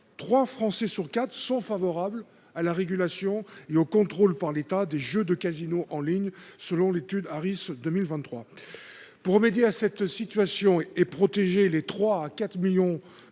trois Français sur quatre sont favorables à la régulation et au contrôle par l’État des jeux de casino en ligne selon une étude Toluna – Harris Interactive de 2023. Pour remédier à cette situation et protéger les 3 millions